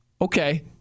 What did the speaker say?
Okay